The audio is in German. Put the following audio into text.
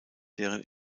deren